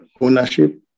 ownership